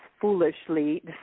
foolishly